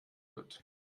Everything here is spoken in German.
wird